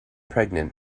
pregnant